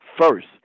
first